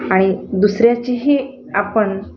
आणि दुसऱ्याचीही आपण